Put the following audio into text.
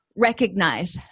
recognize